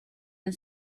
the